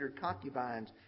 concubines